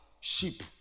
Sheep